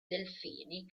delfini